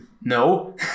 no